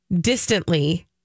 distantly